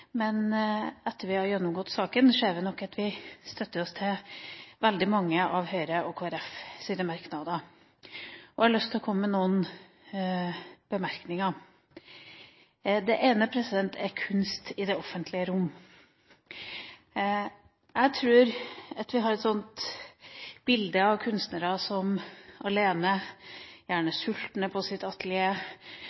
men etter at vi har gjennomgått saken, ser vi nok at vi støtter oss til veldig mange av Høyres og Kristelig Folkepartis merknader. Jeg har lyst til å komme med noen bemerkninger. Det ene er om kunst i det offentlige rom. Jeg tror at vi har et bilde av kunstnere som alene, gjerne